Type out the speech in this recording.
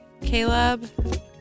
Caleb